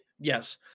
Yes